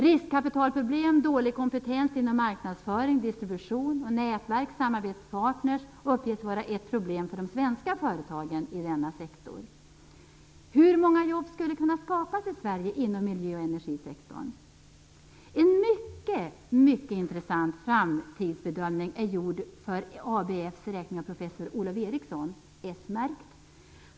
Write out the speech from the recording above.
Riskkapitalproblem, dålig kompetens inom marknadsföring, distribution, nätverk och samarbetspartner uppges vara ett problem för de svenska företagen i denna sektor. Hur många jobb skulle kunna skapas inom miljö och energisektorn i Sverige? En mycket intressant framtidsbedömning har gjorts för ABF:s räkning av professor Olof Eriksson .